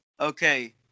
okay